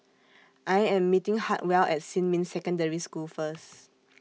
I Am meeting Hartwell At Xinmin Secondary School First